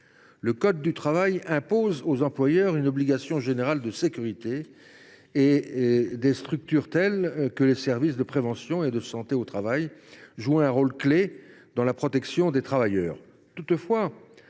le code du travail impose aux employeurs une obligation générale de sécurité, des structures telles que les services de prévention et de santé au travail jouent un rôle clé dans la protection des travailleurs.